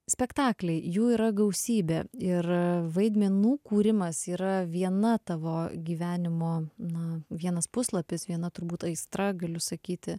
spektakliai jų yra gausybė ir vaidmenų kūrimas yra viena tavo gyvenimo na vienas puslapis viena turbūt aistra galiu sakyti